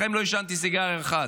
בחיים לא עישנתי סיגריה אחת.